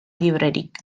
librerik